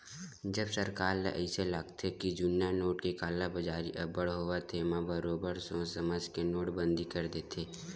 जब सरकार ल अइसे लागथे के जुन्ना नोट के कालाबजारी अब्बड़ होवत हे म बरोबर सोच समझ के नोटबंदी कर देथे